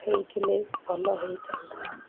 ହୋଇଥିଲେ ଭଲ ହୋଇଥାନ୍ତା